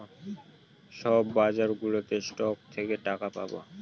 সব বাজারগুলোতে স্টক থেকে টাকা পাবো